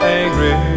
angry